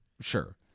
Sure